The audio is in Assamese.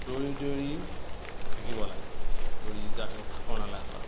দৌৰি দৌৰি থাকিব লাগে দৌৰি যাতে ভাগৰ নালাগে কাৰো